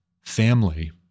family